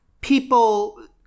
people